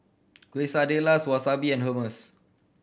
Quesadillas Wasabi and Hummus